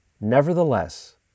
Nevertheless